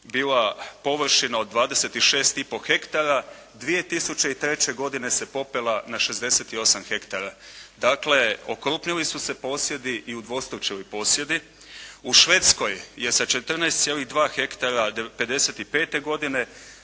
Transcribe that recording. bila površina od 26,5 hektara, 2003. godine se popela na 68 hektara. Dakle, okrupnili su se posjedi i udvostručili posjedi. U Švedskoj je sa 14,2 ha '55. godine,